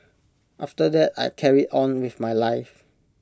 after that I carried on with my life